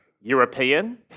European